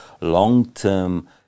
long-term